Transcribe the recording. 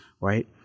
right